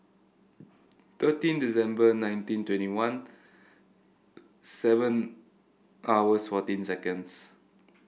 thirteen December nineteen twenty one seven hours fourteen seconds